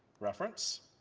reference,